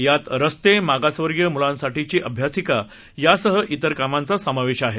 यात रस्ते मागासवर्गीय मुलांसाठीची अभ्यासिका यासह इतर कामांचा समावेश आहे